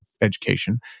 education